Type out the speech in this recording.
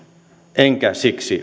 enkä siksi